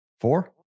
Four